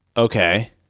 Okay